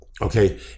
Okay